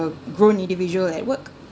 a grown individual at work